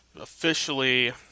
officially